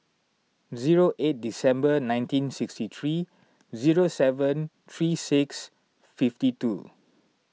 zero eight December nineteen sixty three zero seven three six fifty two